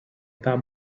pare